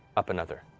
up another.